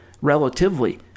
relatively